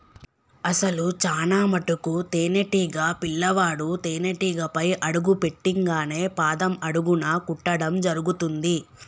అసలు చానా మటుకు తేనీటీగ పిల్లవాడు తేనేటీగపై అడుగు పెట్టింగానే పాదం అడుగున కుట్టడం జరుగుతుంది